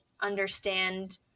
understand